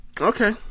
okay